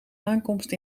aankomst